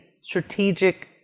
strategic